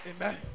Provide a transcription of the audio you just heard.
Amen